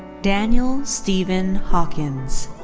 daniel stephen hawkins.